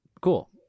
cool